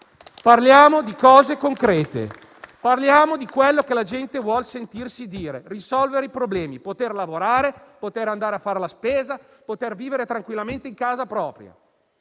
Parliamo di cose concrete; parliamo di quello che la gente vuol sentirsi dire: risolvere i problemi, poter lavorare, poter andare a fare la spesa, poter vivere tranquillamente in casa propria.